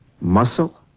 Muscle